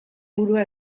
burua